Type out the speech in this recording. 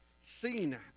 seen